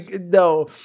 no